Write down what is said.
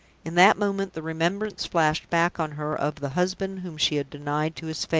in that moment the remembrance flashed back on her of the husband whom she had denied to his face.